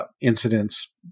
incidents